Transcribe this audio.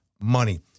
money